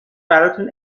براتون